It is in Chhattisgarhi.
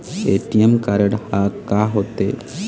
ए.टी.एम कारड हा का होते?